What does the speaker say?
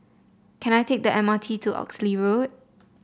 can I take the M R T to Oxley Road